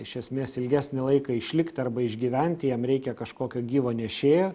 iš esmės ilgesnį laiką išlikti arba išgyventi jam reikia kažkokio gyvo nešėjo